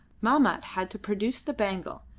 mahmat had to produce the bangle,